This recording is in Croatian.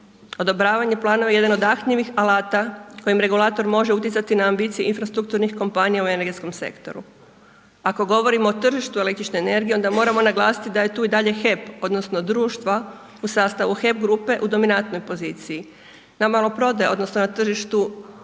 Odobravanje planova jedan od .../Govornik se ne razumije./... alata kojim regulator može utjecati na ambicije infrastrukturnih kompanija u energetskom sektoru. Ako govorimo o tržištu električne energije onda moramo naglasiti da je tu i dalje HEP, odnosno društva u sastavu HEP grupe u dominatnoj poziciji. Na malo prodaja, odnosno na tržištu kućanstava to je